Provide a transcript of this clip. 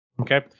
Okay